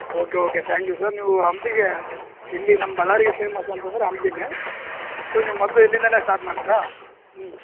okay okay thank you sir ನೀವು ಹಂಪಿಗೆ ಇಲ್ಲಿ ನಮ್ಮ ಬಳ್ಳಾರಿಗೆ ಫೇಮಸ್ ಅಂತಂದರೆ ಹಂಪಿನೇ ಸೊ ನೀವು ಮೊದಲು ಇಲ್ಲಿಂದಲೇ ಸ್ಟಾರ್ಟ್ ಮಾಡ್ತೀರಾ ಹ್ಞೂ